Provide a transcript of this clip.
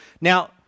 Now